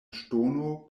ŝtono